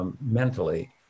mentally